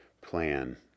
plan